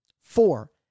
Four